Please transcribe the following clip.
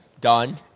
done